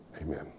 Amen